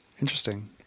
Interesting